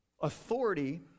Authority